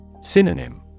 Synonym